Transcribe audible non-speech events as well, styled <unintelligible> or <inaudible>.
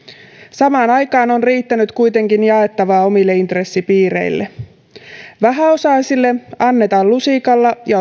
samaan aikaan on riittänyt kuitenkin jaettavaa omille intressipiireille vähäosaisille annetaan lusikalla ja <unintelligible>